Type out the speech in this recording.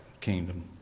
kingdom